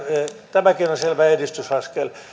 tämäkin on on selvä edistysaskel